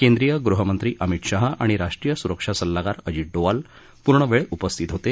केंद्रीय गृहमंत्री अमित शाह आणि राष्ट्रीय सुरक्षा सल्लागार अजित डोवाल पूर्णवेळ उपस्थित आहेत